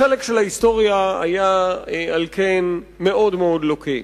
החלק של ההיסטוריה היה על כן מאוד לוקה.